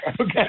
okay